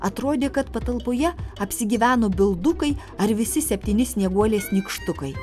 atrodė kad patalpoje apsigyveno bildukai ar visi septyni snieguolės nykštukai